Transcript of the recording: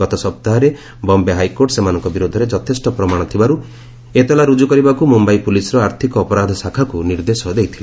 ଗତ ସପ୍ତାହରେ ବମ୍ବେ ହାଇକୋର୍ଟ ସେମାନଙ୍କ ବିରୋଧରେ ଯଥେଷ୍ଟ ପ୍ରମାଣ ଥିବାରୁ ଏତଲା ରୁଜୁ କରିବାକୁ ମୁମ୍ୟାଇ ପୁଲିସ୍ର ଆର୍ଥିକ ଅପରାଧ ଶାଖାକୁ ନିର୍ଦ୍ଦେଶ ଦେଇଥିଲେ